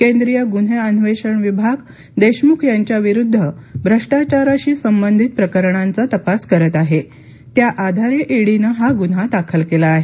केंद्रीय गुन्हे अन्वेषण विभाग देशमुख यांच्याविरुद्ध भ्रष्टाचाराशी संबंधित प्रकरणांचा तपास करत आहे त्या आधारे ई डी ने हा गुन्हा दाखल केला आहे